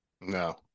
No